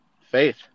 faith